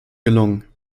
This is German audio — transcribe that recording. gelungen